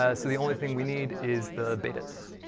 ah so the only thing we need is the betas.